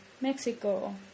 Mexico